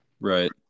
right